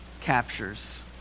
captures